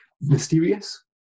mysterious